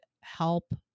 help